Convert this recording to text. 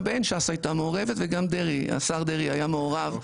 בהן ש"ס הייתה מעורבת וגם דרעי השר דרעי היה מעורב,